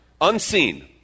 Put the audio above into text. Unseen